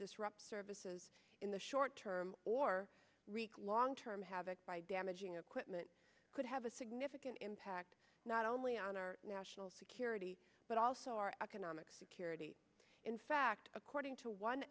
disrupt services in the short term or recall long term havoc by damaging equipment could have a significant impact not only on our national security but also our economic security in fact according to one